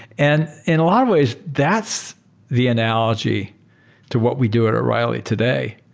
and in a lot of ways, that's the analogy to what we do at o'reilly today,